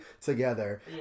together